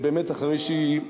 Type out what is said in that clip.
עמדתה המשפטית.